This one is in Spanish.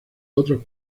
otros